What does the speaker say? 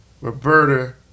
Roberta